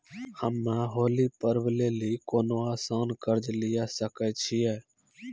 हम्मय होली पर्व लेली कोनो आसान कर्ज लिये सकय छियै?